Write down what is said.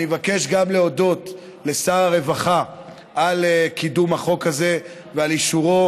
אני מבקש גם להודות לשר הרווחה על קידום החוק הזה ועל אישורו,